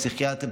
הפסיכיאטרים,